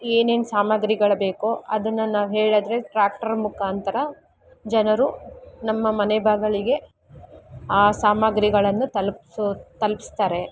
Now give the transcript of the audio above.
ಏನೇನು ಸಾಮಗ್ರಿಗಳು ಬೇಕೋ ಅದನ್ನ ನಾವು ಹೇಳಿದ್ರೆ ಟ್ರ್ಯಾಕ್ಟರ್ ಮುಖಾಂತ್ರ ಜನರು ನಮ್ಮ ಮನೆ ಬಾಗಿಲಿಗೆ ಆ ಸಾಮಗ್ರಿಗಳನ್ನು ತಲುಪಿಸೋ ತಲುಪಿಸ್ತಾರೆ